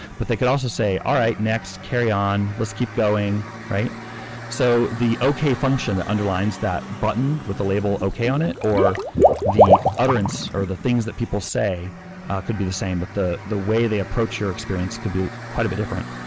but they could also say all right, next, carry on, let's keep going so the okay function underlines that button with the label okay on it, or the utterance or the things that people say could be the same, but the the way they approach your experience could be quite a bit different.